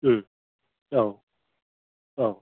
औ औ